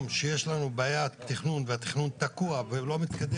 שיש בעיית תכנון שלא מתקדם.